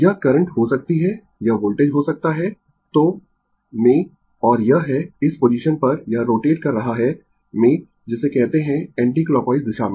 यह करंट हो सकती है यह वोल्टेज हो सकता है तो में और यह है इस पोजीशन पर यह रोटेट कर रहा है में जिसे कहते है एंटीक्लॉकवाइज दिशा में